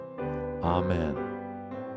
Amen